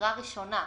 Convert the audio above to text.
דירה ראשונה,